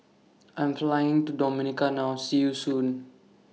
I Am Flying to Dominica now See YOU Soon